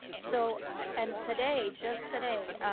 so and today, just today,